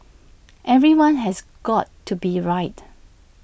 everyone has got to be right